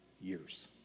years